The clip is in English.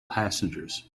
passengers